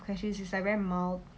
cashews is like very mild